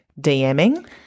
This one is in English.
DMing